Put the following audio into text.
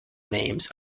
names